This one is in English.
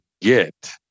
get